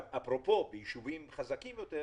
אפרופו, בישובים חזקים יותר